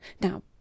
Now